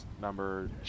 number